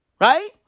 Right